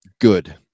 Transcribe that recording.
good